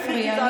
אל תפריע.